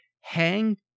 Hang